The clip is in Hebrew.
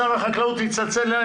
אנחנו לא רוצים ששר החקלאות יצלצל אלי